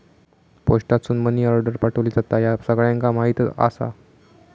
पोस्टासून money order पाठवली जाता, ह्या सगळ्यांका माहीतच आसा